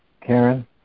Karen